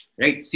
right